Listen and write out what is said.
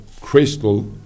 crystal